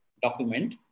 document